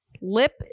Lip